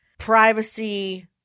privacy